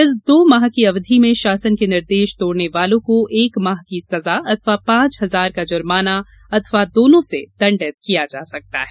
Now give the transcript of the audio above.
इस दो माह की अवधि में शासन की निर्देश तोड़ने वालों को एक माह की सजा अथवा पांच हजार का जुर्माना अथवा दोनो से दंडित किया जा सकता है